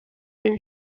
une